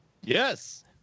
Yes